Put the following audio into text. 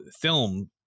film